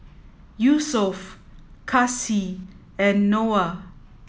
Yusuf Kasih and Noah